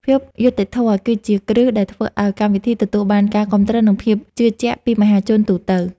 ភាពយុត្តិធម៌គឺជាគ្រឹះដែលធ្វើឱ្យកម្មវិធីទទួលបានការគាំទ្រ និង ភាពជឿជាក់ពីមហាជនទូទៅ។